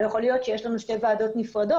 לא יכול להיות שיש לנו שתי ועדות נפרדות.